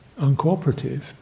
uncooperative